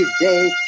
today